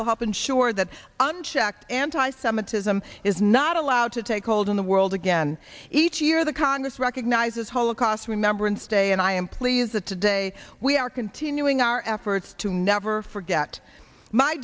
will help ensure that unchecked anti semitism is not allowed to take hold in the world again each year the congress recognizes holocaust remembrance day and i am pleased that today we are continuing our efforts to never forget my